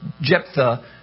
Jephthah